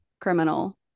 criminal